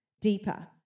deeper